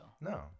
No